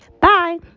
bye